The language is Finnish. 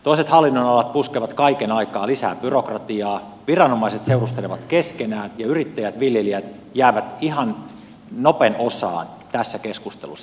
toiset hallinnonalat puskevat kaiken aikaa lisää byrokratiaa viranomaiset seurustelevat keskenään ja yrittäjät viljelijät jäävät ihan nopen osaan tässä keskustelussa